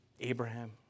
Abraham